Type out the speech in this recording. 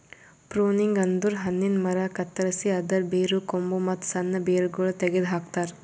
pruning ಅಂದುರ್ ಹಣ್ಣಿನ ಮರ ಕತ್ತರಸಿ ಅದರ್ ಬೇರು, ಕೊಂಬು, ಮತ್ತ್ ಸಣ್ಣ ಬೇರಗೊಳ್ ತೆಗೆದ ಹಾಕ್ತಾರ್